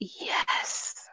yes